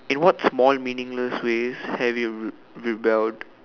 in what small meaningless ways have you rib~ rebelled